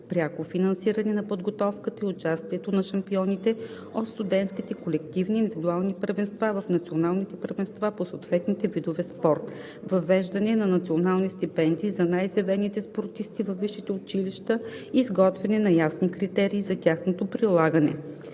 пряко финансиране на подготовката и участието на шампионите от студентските колективни и индивидуални първенства в националните първенства по съответните видове спорт; - въвеждане на национални стипендии за най-изявените спортисти във висшите училища и изготвяне на ясни критерии за тяхното прилагане.